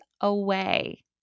away